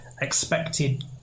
expected